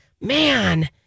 Man